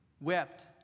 wept